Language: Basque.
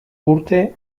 urte